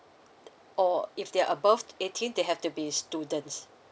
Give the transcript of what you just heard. or if they're above eighteen they have to be students